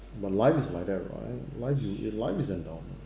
but life is like that [what] life is if life is endowment